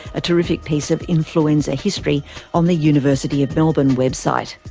a terrific piece of influenza history on the university of melbourne website.